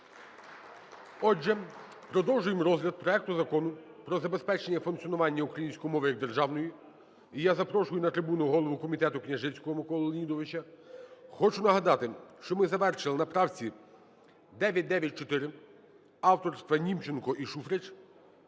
Отже, продовжуємо розгляд проекту Закону про забезпечення функціонування української мови як державної. І я запрошую на трибуну голову комітету Княжицького Миколу Леонідовича. Хочу нагадати, що ми завершили на правці 994, авторство – Німченко і Шуфрич.